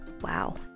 Wow